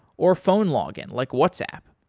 or phone login, like whatsapp.